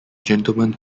gentlemen